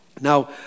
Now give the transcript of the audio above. Now